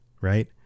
right